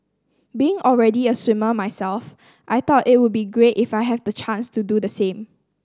being already a swimmer myself I thought it would be great if I have the chance to do the same